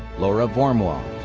laura vormwald.